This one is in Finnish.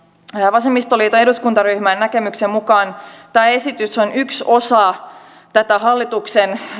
vasemmistoliiton eduskuntaryhmän näkemyksen mukaan tämä esitys on yksi osa tätä hallituksen